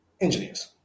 engineers